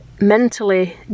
mentally